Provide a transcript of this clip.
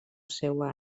seua